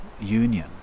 union